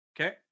Okay